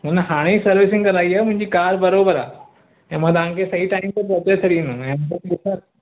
हू न हाणे ई सर्विसिंग कराई आहे मुंहिंजी कार बराबरि आहे ऐं मां तव्हांखे सही टाइम ते पहुचाए छॾिंदुमि ऐं मूंखे पैसा